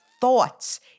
thoughts